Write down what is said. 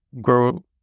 grow